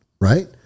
right